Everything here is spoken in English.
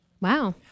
Wow